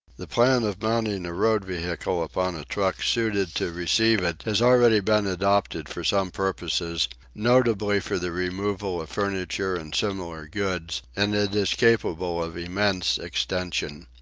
the plan of mounting a road vehicle upon a truck suited to receive it has already been adopted for some purposes, notably for the removal of furniture and similar goods and it is capable of immense extension.